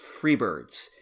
Freebirds